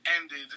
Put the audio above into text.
ended